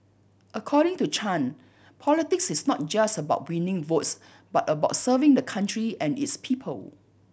according to Chan politics is not just about winning votes but about serving the country and its people